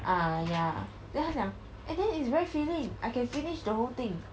ah ya then 他讲 and then it's very filling I can finish the whole thing